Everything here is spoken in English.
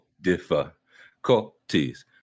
difficulties